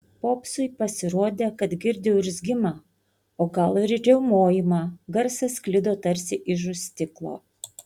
popsui pasirodė kad girdi urzgimą o gal ir riaumojimą garsas sklido tarsi iš už stiklo